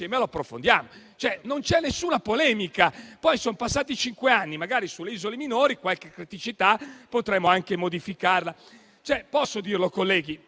e insieme lo approfondiamo. Non c'è alcuna polemica; poi, sono passati cinque anni, magari sulle isole minori qualche criticità potremo anche modificarla. Posso dirlo, colleghi?